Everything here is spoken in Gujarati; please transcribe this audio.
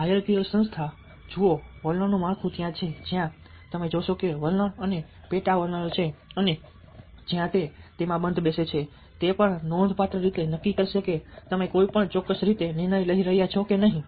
હાયરાર્કીકલ સંસ્થા જુઓ વલણ નું માળખું ત્યાં છે જ્યાં તમે જોશો કે ત્યાં વલણ અને પેટા વલણ છે અને જ્યાં તે તેમાં બંધબેસે છે તે પણ નોંધપાત્ર રીતે નક્કી કરશે કે તમે કોઈ ચોક્કસ રીતે નિર્ણય લઈ રહ્યા છો કે નહીં